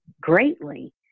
greatly